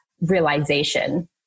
realization